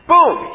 Boom